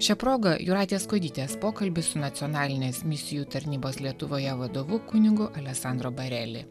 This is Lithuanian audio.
šia proga jūratės kuodytės pokalbis su nacionalinės misijų tarnybos lietuvoje vadovu kunigu alesandro bareli